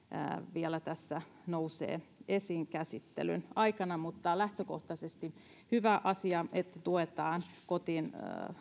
tässä vielä nousee esiin käsittelyn aikana mutta lähtökohtaisesti on hyvä asia että tuetaan kotiin